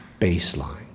baseline